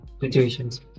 situations